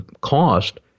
cost